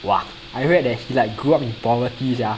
!wah! I read that he like grew up in poverty sia